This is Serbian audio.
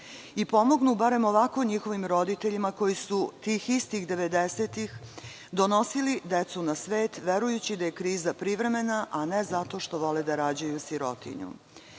i pomognu barem ovako njihovim roditeljima koji su tih istih devedesetih donosili decu na svet, verujući da je kriza privremena, a ne zato što vole da rađaju sirotinju. Previše